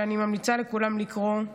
שאני ממליצה לכולם לקרוא,